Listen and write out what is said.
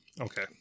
okay